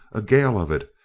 a gale of it,